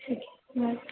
ٹھیک ہے اوکے